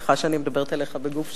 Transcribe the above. סליחה שאני מדברת אליך בגוף שלישי.